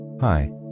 Hi